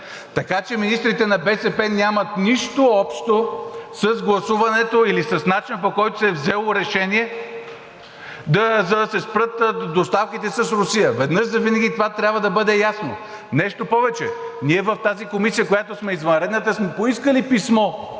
Така че министрите на БСП нямат нищо общо с гласуването или с начина, по който се е взело решение, за да се спрат доставките с Русия. Веднъж завинаги това трябва да бъде ясно! Нещо повече, от тази извънредна комисия, в която сме, сме поискали писмо